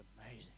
amazing